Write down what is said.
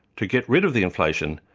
to get rid of the inflation,